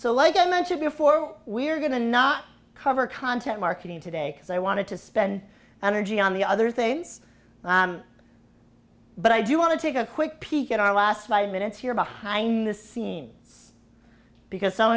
so like i mentioned before we're going to not cover content marketing today so i wanted to spend energy on the other things but i do want to take a quick peek at our last five minutes here behind the scenes because some